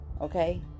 Okay